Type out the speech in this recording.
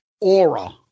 aura